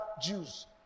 Jews